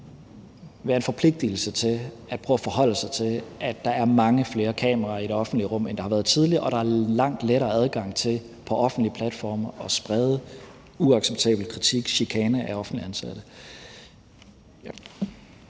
hos os som lovgivere til at prøve at forholde sig til, at der er mange flere kameraer i det offentlige rum, end der har været tidligere, og at der er langt lettere adgang til på offentlige platforme at sprede uacceptabel kritik og chikane af offentligt ansatte.